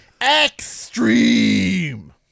Extreme